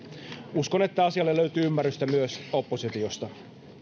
uskon että asialle löytyy ymmärrystä myös oppositiosta